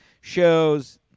shows